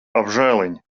apžēliņ